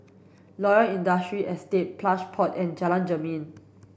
Loyang Industrial Estate Plush Pod and Jalan Jermin